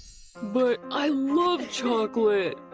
but i love chocolate!